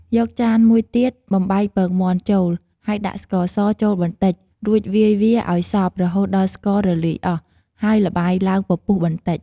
យកចានមួយទៀត បំបែកពងមាន់ចូល ហើយដាក់ស្ករសចូលបន្តិច រួចវាយវាឱ្យសព្វរហូតដល់ស្កររលាយអស់ ហើយល្បាយឡើងពពុះបន្តិច។